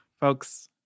Folks